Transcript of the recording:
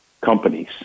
companies